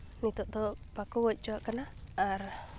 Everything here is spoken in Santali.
ᱱᱤᱛᱚᱜ ᱫᱚ ᱵᱟᱠᱚ ᱜᱚᱡ ᱦᱚᱪᱚᱣᱟᱜ ᱠᱟᱱᱟ ᱟᱨ